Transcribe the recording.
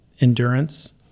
endurance